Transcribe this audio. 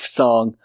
song